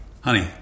honey